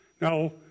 Now